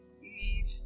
need